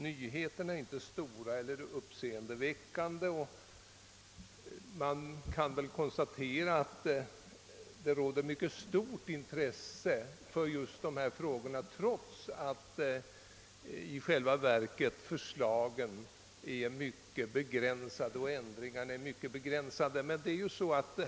Nyheterna är inte särskilt stora eller uppseendeväckande, men man kan konstatera att det råder stort intresse för dessa frågor trots att förslagen och ändringarna i själva verket är mycket begränsade.